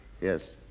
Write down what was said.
Yes